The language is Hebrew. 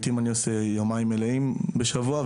לעיתים אני עושה יומיים מלאים בשבוע.